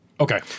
Okay